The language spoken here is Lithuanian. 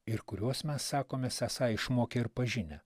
ir kuriuos mes sakomės esą išmokę ir pažinę